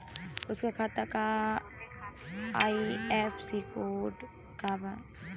उनका खाता का आई.एफ.एस.सी कोड का बा?